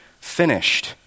finished